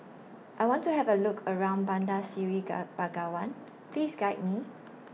I want to Have A Look around Bandar Seri Begawan Please Guide Me